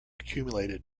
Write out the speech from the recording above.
accumulated